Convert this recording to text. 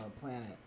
planet